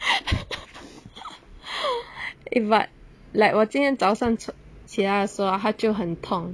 eh but like 我今天早上起来的时候它就很痛